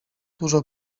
dużo